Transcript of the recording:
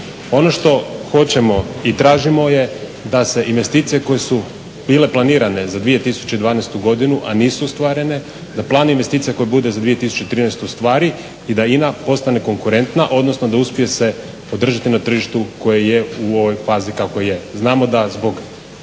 Ono što hoćemo i tražimo je da se investicije koje su bile planirane za 2012. godinu a nisu ostvarene, da plan investicija koje bude za 2013. ostvari i da INA postane konkurentna, odnosno da uspije se održati na tržištu koje je u ovoj fazi kako je. Znamo da zbog